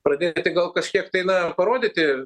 pradėti gal kažkiek tai na parodyti